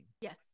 Yes